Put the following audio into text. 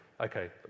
Okay